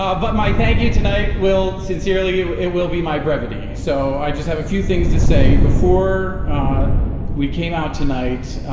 ah but my thank you tonight will, sincerely, it will be my brevity. so i just have a few things to say. before we came out tonight,